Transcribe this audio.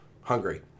hungry